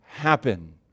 happen